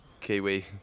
Kiwi